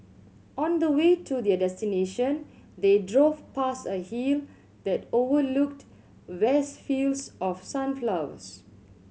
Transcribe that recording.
on the way to their destination they drove past a hill that overlooked vast fields of sunflowers